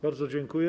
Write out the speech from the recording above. Bardzo dziękuję.